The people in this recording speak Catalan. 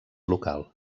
local